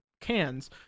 cans